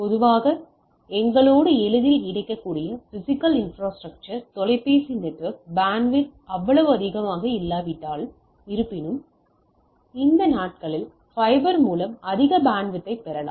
பொதுவாக எங்களோடு எளிதில் கிடைக்கக்கூடிய பிஸிக்கல் இன்ஃப்ரா ஸ்ட்ரக்சர் தொலைபேசி நெட்வொர்க் பேண்ட்வித் அவ்வளவு அதிகமாக இல்லாவிட்டால் இருப்பினும் இந்த நாட்களில் ஃபைபர் மூலம் அதிக பேண்ட்வித் யைப் பெறலாம்